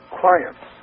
clients